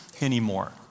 anymore